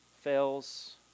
fails